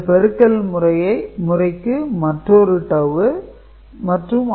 இந்த பெருக்கல் முறைக்கு மற்றொரு டவூ மற்றும் OR பிரிவிற்கு ஒரு டவூ தேவைப்படும்